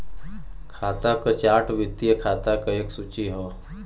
खाता क चार्ट वित्तीय खाता क एक सूची हौ